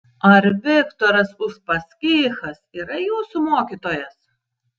ar viktoras uspaskichas yra jūsų mokytojas